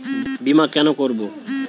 বিমা কেন করব?